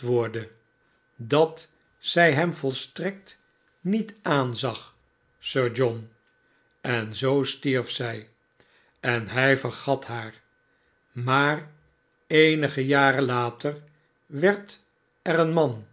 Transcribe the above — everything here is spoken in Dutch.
overbrengt zij hem volstrekt niet aanzag sir john en zoo stierf zij en m vergat haar maar eenige jaren later werd er een man